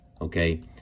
Okay